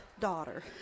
Daughter